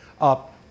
up